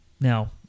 now